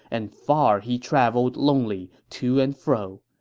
and far he traveled lonely, to and fro.